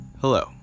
Hello